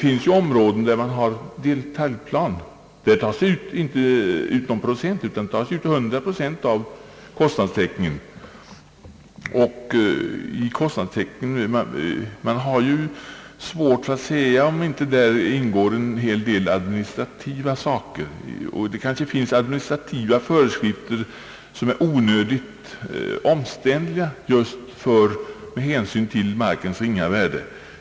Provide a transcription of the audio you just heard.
I områden där det finns detaljplan tas det därtill inte ut någon delprocent utan fullt 100 procent av kostnaderna. Det är svårt att säga om inte däri också ingår kostnader för en del rent administrativa saker. Det finns därtill administrativa föreskrifter som är onödigt omständliga med hänsyn till markens ringa värde.